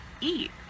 eat